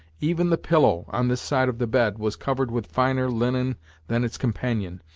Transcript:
even the pillow, on this side of the bed, was covered with finer linen than its companion,